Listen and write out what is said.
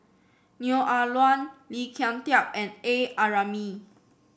Neo Ah Luan Lee Kin Tat and A Ramli